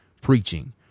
preaching